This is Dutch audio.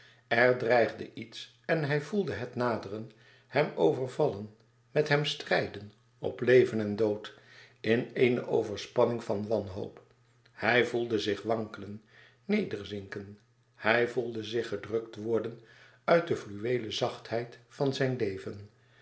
er dreigde iets en hij voelde het naderen hem overvallen met hem strijden op leven en dood in eene overspanning van wanhoop hij voelde zich wankelen nederzinken hij voelde zich gerukt worden uit de fluweelen zachtheid van zijn leven